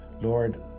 Lord